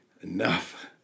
enough